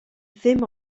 ddim